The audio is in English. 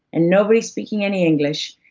and nobody speaking any english.